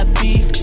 beef